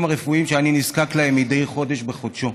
הרפואיים שאני נזקק להם מדי חודש בחודשו.